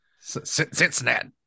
Cincinnati